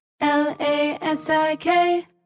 L-A-S-I-K